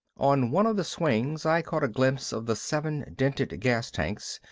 on one of the swings i caught a glimpse of the seven dented gas tanks,